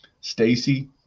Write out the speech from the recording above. Stacy